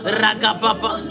ragababa